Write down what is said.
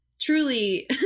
truly